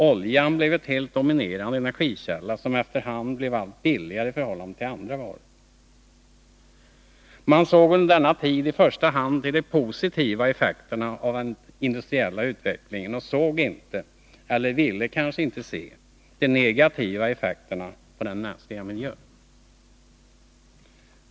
Oljan blev en helt dominerande energikälla, som efter hand blev allt billigare i förhållande till andra varor. Man såg under denna tid i första hand de positiva effekterna av den industriella utvecklingen och såg inte, eller ville kanske inte se, de negativa effekterna på den mänskliga miljön.